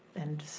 and